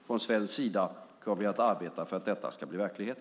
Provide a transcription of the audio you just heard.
Från svensk sida kommer vi att arbeta för att detta ska bli verklighet.